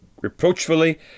reproachfully